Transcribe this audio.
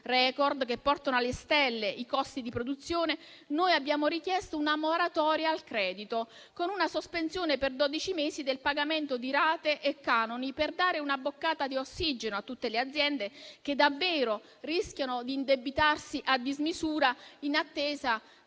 *record*, che portano alle stelle i costi di produzione, noi abbiamo richiesto una moratoria al credito, con una sospensione per dodici mesi del pagamento di rate e canoni, per dare una boccata di ossigeno a tutte le aziende che davvero rischiano di indebitarsi a dismisura, in attesa